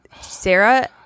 Sarah